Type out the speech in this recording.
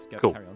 Cool